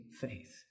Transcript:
faith